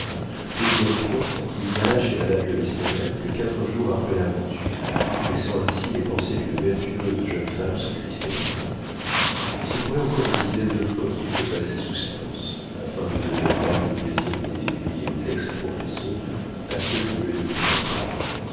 deuxième faute il n'alla chez madame de listomère que quatre jours après l'aventure laissant ainsi les pensées d'une vertueuse jeune femme se cristalliser il se trouvait encore une dizaine de fautes qu'il faut passer sous silence afin de donner aux dames le plaisir de les déduire ex professo à ceux qui ne les devineront pas